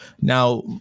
now